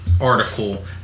article